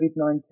COVID-19